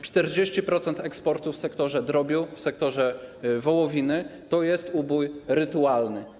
40% eksportu w sektorze drobiu, w sektorze wołowiny to jest ubój rytualny.